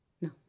No